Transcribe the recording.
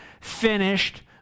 finished